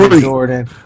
Jordan